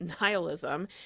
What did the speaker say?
nihilism